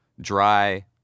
dry